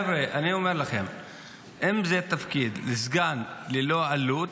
חבר'ה, אני אומר לכם שאם זה תפקיד סגן ללא עלות,